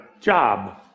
job